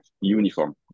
uniform